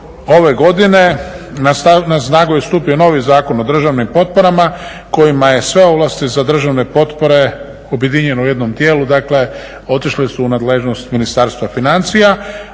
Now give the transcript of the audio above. ove godine na snagu je stupio novi Zakon o državnim potporama kojima je sve ovlasti za državne potpore objedinjeno u jednom tijelu. Dakle, otišle su u nadležnost Ministarstva financija.